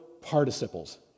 participles